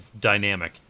dynamic